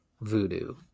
Voodoo